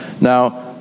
Now